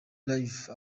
live